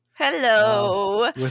Hello